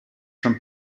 from